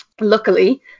luckily